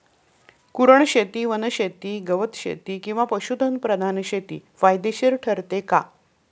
कुरणशेती, वनशेती, गवतशेती किंवा पशुधन प्रधान शेती फायदेशीर ठरते का?